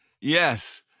Yes